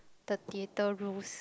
the theatre rules